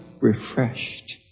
refreshed